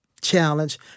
challenge